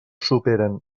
superen